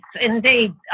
indeed